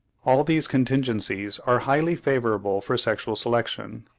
all these contingencies are highly favourable for sexual selection.